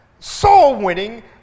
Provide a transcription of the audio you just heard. soul-winning